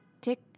tick